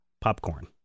popcorn